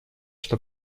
что